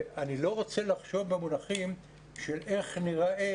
אני לא רוצה לחשוב במונחים של איך נירָאה,